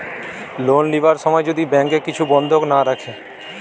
loan লিবার সময় যদি ব্যাংকে কিছু বন্ধক না রাখে